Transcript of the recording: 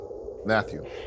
Matthew